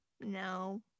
No